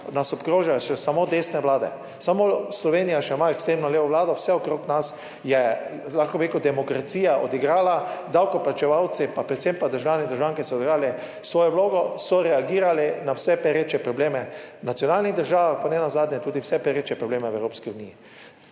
nas obkrožajo samo desne vlade, samo Slovenija še ima ekstremno levo vlado, vse okrog nas je, lahko bi rekel, demokracija odigrala, davkoplačevalci pa predvsem pa državljani, državljanke so odigrali svojo vlogo, so reagirali na vse pereče probleme v nacionalnih državah, pa nenazadnje tudi vse pereče probleme v Evropski uniji.